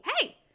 Hey